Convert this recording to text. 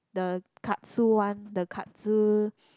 the Katsu one the Katsu